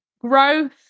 Growth